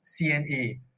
CNA